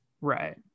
right